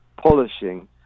polishing